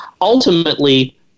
Ultimately